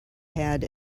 had